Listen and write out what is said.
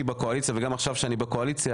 בקואליציה וגם עכשיו כשאני בקואליציה,